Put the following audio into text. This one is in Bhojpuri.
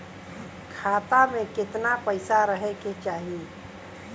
खाता में कितना पैसा रहे के चाही?